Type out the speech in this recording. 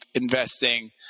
investing